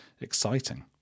exciting